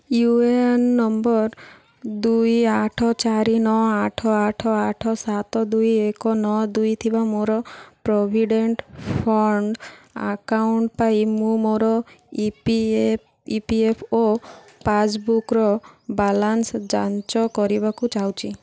you A N number ଦୁଇ ଆଠ ଚାରି ନଅ ଆଠ ଆଠ ଆଠ ସାତ ଦୁଇ ଏକ ନଅ ଦୁଇ ଥିବା ମୋର ପ୍ରୋଭିଡ଼େଣ୍ଟ ଫଣ୍ଡ ଆକାଉଣ୍ଟ ପାଇଁ ମୁଁ ମୋର ଇ ପି ଏଫ୍ ଓ ପାସ୍ବୁକ୍ର ବାଲାନ୍ସ ଯାଞ୍ଚ କରିବାକୁ ଚାହୁଁଛି